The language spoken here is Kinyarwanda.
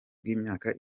bw’imyaka